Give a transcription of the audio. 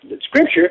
Scripture